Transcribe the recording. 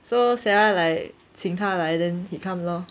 so sarah like 请他来 then he come lor